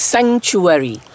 Sanctuary